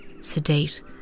sedate